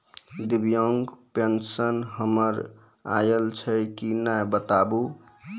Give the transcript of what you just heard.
दिव्यांग पेंशन हमर आयल छै कि नैय बताबू?